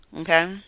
okay